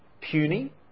puny